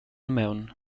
maun